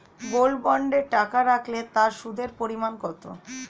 Gold বন্ডে টাকা রাখলে তা সুদের পরিমাণ কত?